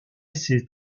ses